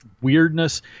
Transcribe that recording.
weirdness